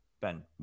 ben